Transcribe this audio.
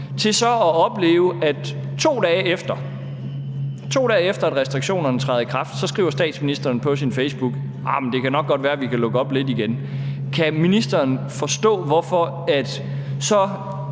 konto. Så oplever man, 2 dage efter at restriktionerne træder i kraft, at statsministeren skriver på Facebook: Det kan nok godt være, at vi kan lukke lidt op igen. Kan ministeren forstå, hvorfor så